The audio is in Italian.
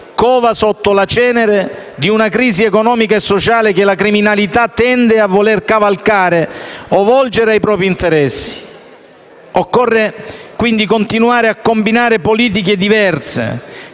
cova sotto la cenere di una crisi economica e sociale che la criminalità tende a voler cavalcare o volgere ai propri interessi. Occorre, quindi, continuare a combinare politiche diverse